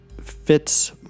fits